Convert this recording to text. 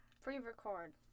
Pre-record